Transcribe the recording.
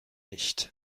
nicht